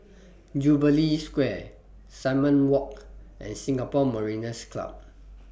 Jubilee Square Simon Walk and Singapore Mariners' Club